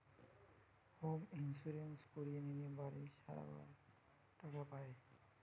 home insurance করিয়ে লিলে বাড়ি সারাবার টাকা পায়